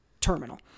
terminal